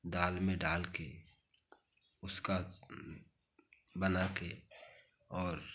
दाल में डाल कर उसका बना कर और